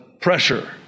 pressure